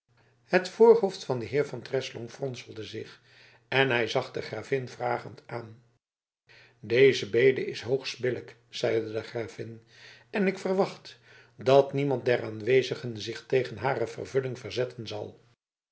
het voorhoofd van den heer van treslong fronselde zich en hij zag de gravin vragende aan deze bede is hoogst billijk zeide de gravin en ik verwacht dat niemand der aanwezigen zich tegen hare vervulling verzetten zal